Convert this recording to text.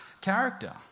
character